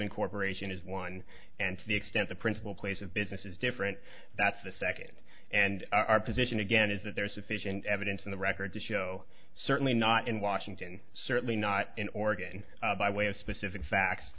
incorporation is one and to the extent the principal place of business is different that's the second and our position again is that there is sufficient evidence in the record to show certainly not in washington certainly not in oregon by way of specific facts